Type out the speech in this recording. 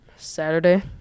Saturday